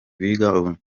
biga